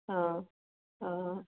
অঁ অঁ